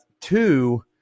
two